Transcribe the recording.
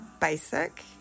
basic